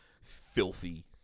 filthy